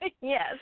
Yes